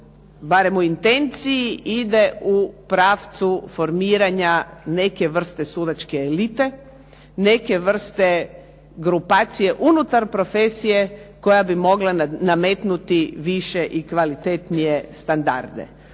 barem u intenciji ide u pravcu formiranja neke vrste sudačke elite, neke vrste grupacije unutar profesije koja bi mogla nametnuti više i kvalitetnije standarde.